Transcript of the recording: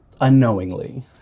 unknowingly